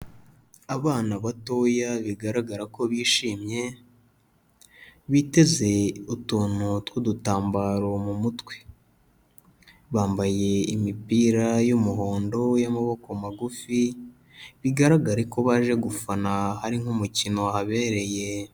Abana batoya bigaragara ko bishimye, biteze utuntu tw'udutambaro mu mutwe, bambaye imipira y'umuhondo y'amaboko magufi, bigaragare ko baje gufana hari nk'umukino wahabereye.